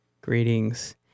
greetings